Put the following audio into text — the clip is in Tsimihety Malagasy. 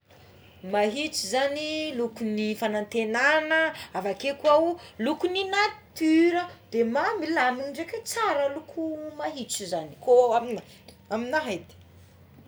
Maintso zagny lokon'ny fanatenana avakeo koa ao lokon'ny natiora de mba milamindraiky tsara ny loko maintso tsy zagny ko amignahy aminah edy.